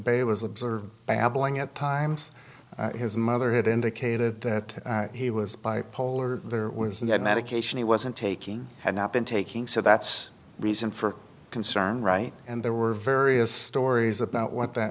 bay was observed by aveling at times his mother had indicated that he was bipolar there was no medication he wasn't taking had not been taking so that's reason for concern right and there were various stories about what that